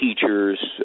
teachers